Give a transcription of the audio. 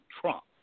Trump